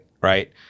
right